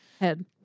Head